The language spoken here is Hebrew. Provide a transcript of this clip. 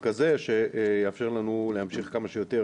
על כזה שיאפשר לנו להמשיך כמה שיותר